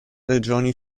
regioni